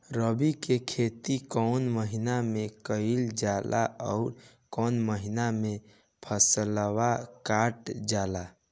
रबी की खेती कौने महिने में कइल जाला अउर कौन् महीना में फसलवा कटल जाला?